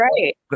right